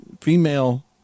female